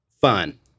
fun